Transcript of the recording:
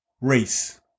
race